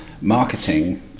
marketing